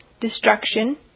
destruction